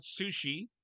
sushi